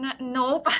no